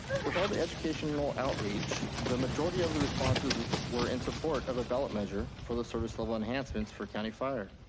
with all the educational outreach, the majority of the responses were in support of a ballot measure for the service level enhancements for county fire.